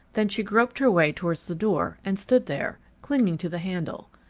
then she groped her way towards the door and stood there, clinging to the handle.